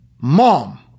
mom